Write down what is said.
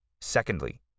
Secondly